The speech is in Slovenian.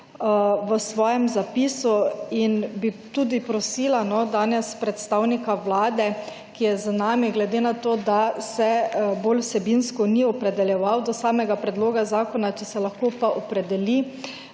v svojem zapisu. In bi tudi prosila danes predstavnika Vlade, ki je z nami, glede na to, da se bolj vsebinsko ni opredeljeval do samega Predloga zakona, ki se lahko pa opredeli,